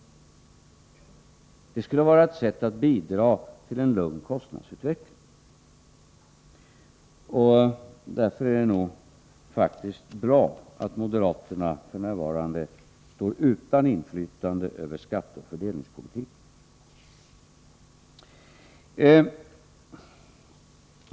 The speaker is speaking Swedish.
Det skulle vara ett sätt att bidra till en lugn kostnadsutveckling! Därför är det nog faktiskt bra att moderaterna f.n. står utan inflytande över skatteoch fördelningspolitiken.